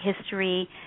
history